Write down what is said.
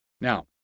Now